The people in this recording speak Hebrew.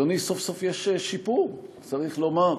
אדוני, סוף-סוף יש שיפור, צריך לומר,